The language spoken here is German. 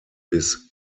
bis